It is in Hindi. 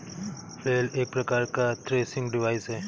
फ्लेल एक प्रकार का थ्रेसिंग डिवाइस है